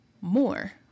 more